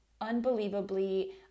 unbelievably